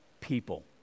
people